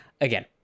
again